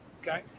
Okay